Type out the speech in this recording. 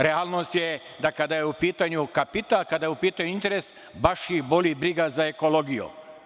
Realnost je da kada je u pitanju kapital, kada je u pitanju interes, baš ih boli briga za ekologiju.